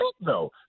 no